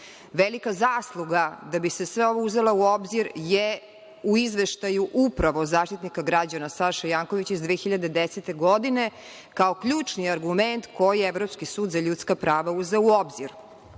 Velika zasluga da bi se sve ovo uzelo u obzir je u Izveštaju upravo Zaštitnika građana Saše Jankovića iz 2010. godine, kao ključni argument koji je Evropski sud za ljudska prava uzeo u obzir